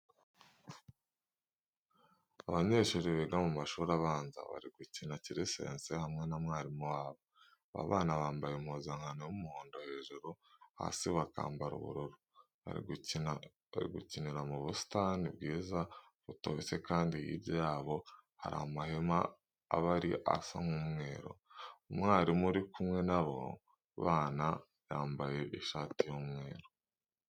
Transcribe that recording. Abanyeshuri biga mu mashuri abanza bari gukina kirisese hamwe na mwarimu wabo. Aba bana bambaye impuzankano y'umuhondo hejuru, hasi bakambara ubururu. Bari gukinira mu busitani bwiza butoshye kandi hirya yabo hari amahema abiri asa nk'umweru. Umwarimu uri kumwe n'abo bana yambaye ishati y'umweru.